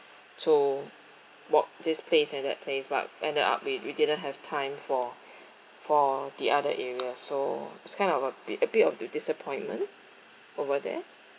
so walk this place and that place but ended up we we didn't have time for for the other areas so it's kind of a bit a bit of do disappointment over there